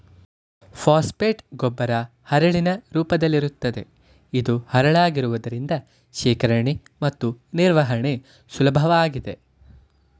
phosphate ಗೊಬ್ಬರ ಹರಳಿನ ರೂಪದಲ್ಲಿರುತ್ತದೆ ಇದು ಹರಳಾಗಿರುವುದರಿಂದ ಶೇಖರಣೆ ಮತ್ತು ನಿರ್ವಹಣೆ ಸುಲಭವಾಗಿದೆ